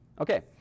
Okay